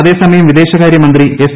അതേസമയം വിദേശകാര്യമന്ത്രി എസ്